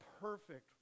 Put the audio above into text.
perfect